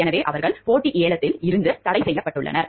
எனவே அவர்கள் போட்டி ஏலத்தில் இருந்து தடை செய்யப்பட்டுள்ளனர்